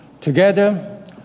Together